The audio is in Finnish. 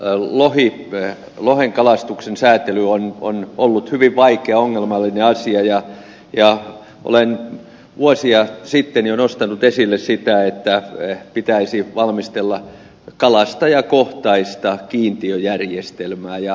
tämä lohen kalastuksen säätely on ollut hyvin vaikea ongelmallinen asia ja olen vuosia sitten jo nostanut esille sitä että pitäisi valmistella kalastajakohtaista kiintiöjärjestelmää